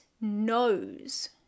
knows